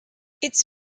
its